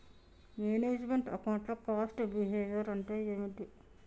Manage meant account లో cost behaviour అంటే ఏమిటి?